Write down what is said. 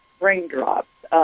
raindrops